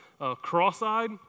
cross-eyed